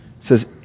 says